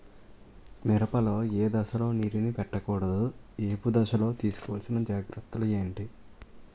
మిరప లో ఏ దశలో నీటినీ పట్టకూడదు? ఏపు దశలో తీసుకోవాల్సిన జాగ్రత్తలు ఏంటి?